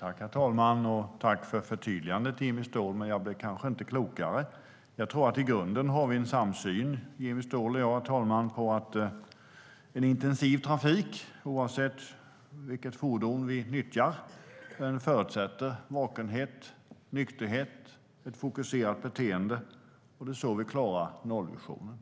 Herr talman! Tack för förtydligandet, Jimmy Ståhl! Men jag blev nog inte klokare. Jag tror att vi i grunden har en samsyn. En intensiv trafik, oavsett vilket fordon vi nyttjar, förutsätter vakenhet, nykterhet och ett fokuserat beteende. Det är så vi klarar nollvisionen.